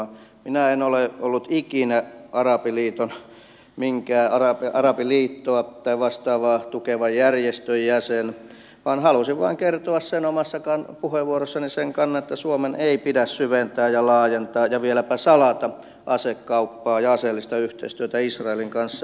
minä en ole ollut ikinä minkään arabiliittoa tai vastaavaa tukevan järjestön jäsen vaan halusin vaan kertoa omassa puheenvuorossani sen kannan että suomen ei pidä syventää ja laajentaa ja vieläpä salata asekauppaa ja aseellista yhteistyötä israelin kanssa